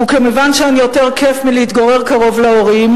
וכמובן שאין יותר כיף מלהתגורר קרוב להורים,